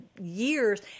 years